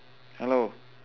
hello